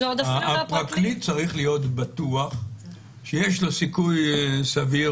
צריך להיות בטוח שיש לו סיכוי סביר